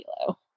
kilo